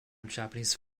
japanese